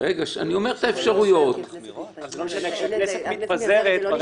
אני --- אם הכנסת מתפזרת אז ברגע